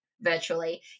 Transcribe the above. virtually